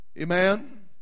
Amen